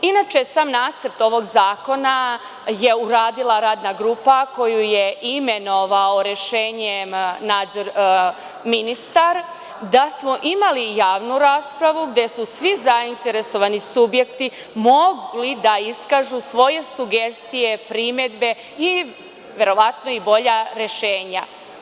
Inače, sam nacrt ovog zakona je uradila Radna grupa koju je imenovao rešenjem ministar, da smo imali javnu raspravu, gde su svi zainteresovani subjekti mogli da iskažu svoje sugestije, primedbe i verovatno bolja rešenja.